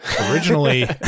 originally